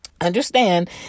Understand